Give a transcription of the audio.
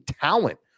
talent